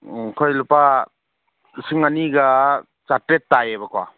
ꯑꯩꯈꯣꯏ ꯂꯨꯄꯥ ꯂꯤꯁꯤꯡ ꯑꯅꯤꯒ ꯆꯥꯇ꯭ꯔꯦꯠ ꯇꯥꯏꯌꯦꯕꯀꯣ